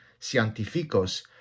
científicos